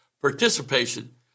participation